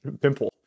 pimple